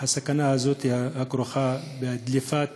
הסכנה הזאת הכרוכה בדליפת